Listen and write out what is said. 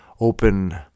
open